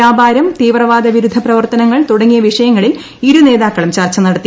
വ്യാപാരം തീവ്രവാദ വിരുദ്ധപ്രവർത്തനങ്ങൾ തുടങ്ങിയ വിഷയങ്ങളിൽ ഇരു നേതാക്കളും ചർച്ച നടത്തി